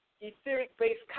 etheric-based